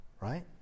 Right